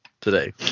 today